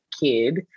kid